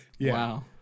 Wow